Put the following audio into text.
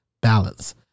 balance